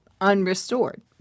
unrestored